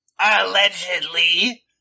Allegedly